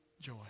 joy